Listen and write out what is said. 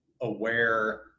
aware